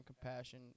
compassion